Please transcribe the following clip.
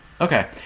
Okay